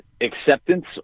acceptance